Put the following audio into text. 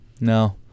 No